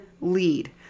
lead